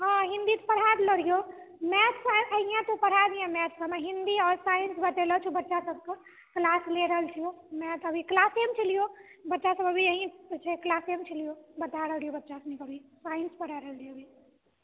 हँ हिन्दी तऽ पढ़ा देले रहियो मैथ इहाँ तऽ पढ़ा दिहे हिन्दी और साइन्स बतेलहो छौ बच्चा सबके मैथ ले रहल छियो मैथ अभी क्लासेमे छलियो बच्चा सब अभी यही छै क्लासेमे छै बता रहलियो बच्चा सबके अभी साइन्स पढ़ा रहलियो हँ